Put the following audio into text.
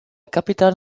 capitale